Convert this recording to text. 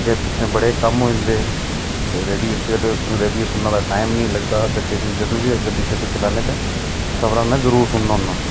अग्गैं पिछे बढ़े कम्म होई जंदे रेडियो सुनने दा टैम नीं लगदा ते जजदूं बी गड्डी शड्डी चलांदे खबरां में जरूर सुनना होना